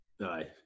aye